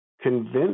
convince